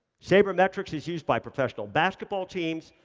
sabermetrics is used by professional basketball teams,